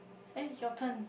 I think it is your turn